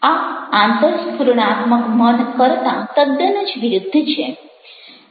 આ આંતરસ્ફુરણાત્મક મન કરતાં તદ્દન જ વિરુદ્ધ છે